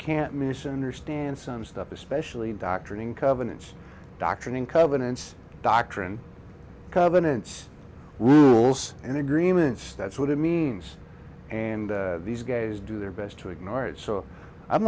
can't misunderstand some stuff especially in doctrine and covenants doctrine and covenants doctrine covenants rules and agreements that's what it means and these guys do their best to ignore it so i'm